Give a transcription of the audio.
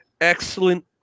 Excellent